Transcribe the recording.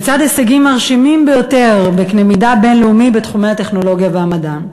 לצד הישגים מרשימים ביותר בקנה מידה בין-לאומי בתחומי הטכנולוגיה והמדע.